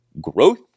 Growth